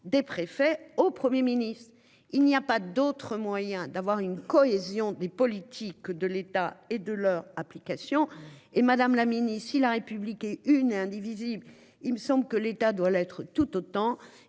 des préfets au 1er ministre il n'y a pas d'autre moyen d'avoir une cohésion des politiques de l'État et de leur application et madame la mini-si la République est une et indivisible. Il me semble que l'État doit l'être tout autant